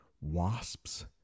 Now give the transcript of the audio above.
Wasp's